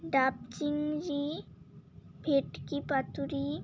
ডাব চিংড়ি ভেটকি পাতুরি